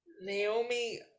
Naomi